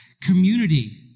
community